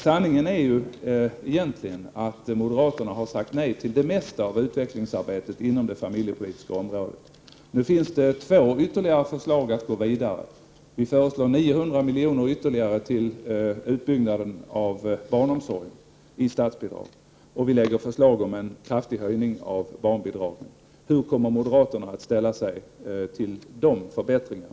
Sanningen är egentligen att moderaterna har sagt nej till det mesta av utvecklingsarbetet inom det familjepolitiska området. Nu går vi vidare med två ytterligare förslag. Vi föreslår 900 milj.kr. ytterligare i statsbidrag till utbyggnad av barnomsorgen. Vi lägger fram förslag om en kraftig höjning av barnbidraget. Hur kommer moderaterna att ställa sig till dessa förbättringar?